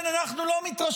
ולכן, אנחנו לא מתרשמים,